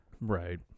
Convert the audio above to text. right